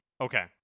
Okay